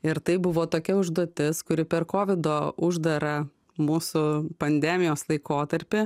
ir tai buvo tokia užduotis kuri per kovido uždarą mūsų pandemijos laikotarpį